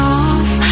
off